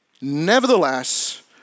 Nevertheless